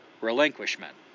relinquishment